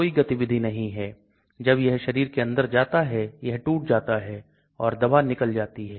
तो LogP अगर मैं इसकी घुलनशीलता में सुधार करने के लिए LogP बदल सकता हूं तो इसे अधिक हाइड्रोफिलिक बनाया जा सकता है